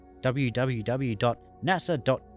www.nasa.gov